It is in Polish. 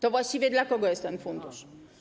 To właściwie dla kogo jest ten fundusz?